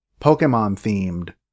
Pokemon-themed